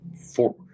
four